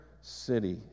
city